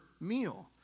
meal